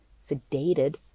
sedated